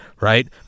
right